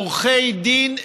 עורכי דין,